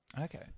Okay